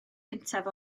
cyntaf